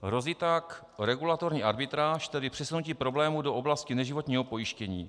Hrozí tak regulatorní arbitráž, tedy přesunutí problému do oblasti neživotního pojištění.